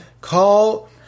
Call